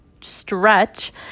stretch